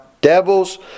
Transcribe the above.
devils